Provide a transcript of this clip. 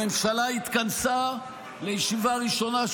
הממשלה התכנסה לישיבה ראשונה,